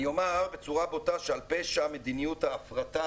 אני אומר בצורה בוטה שעל פשע מדיניות ההפרטה